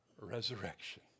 resurrection